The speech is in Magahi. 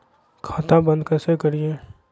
खाता बंद कैसे करिए?